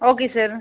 okay sir